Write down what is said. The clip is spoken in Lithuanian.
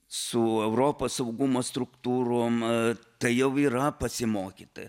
su europos saugumo struktūrom tai jau yra pasimokyta